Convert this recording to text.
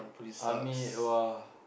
army !wah!